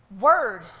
Word